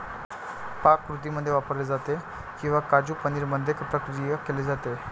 पाककृतींमध्ये वापरले जाते किंवा काजू पनीर मध्ये प्रक्रिया केली जाते